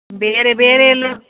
ಬೇರೆ ಬೇರೆ ಎಲ್ಲು